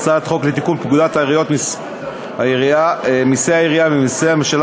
הצעת חוק לתיקון פקודת מסי העירייה ומסי הממשלה